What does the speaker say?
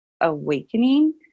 awakening